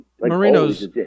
Marino's